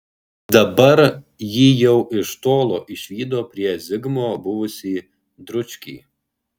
dabar ji jau iš tolo išvydo prie zigmo buvusį dručkį